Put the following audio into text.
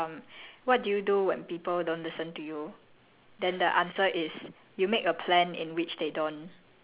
eh I read I read this in a book err yesterday it it says uh what do you do when people don't listen to you